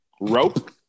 Rope